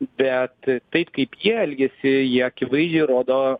bet taip kaip jie elgiasi jie akivaizdžiai rodo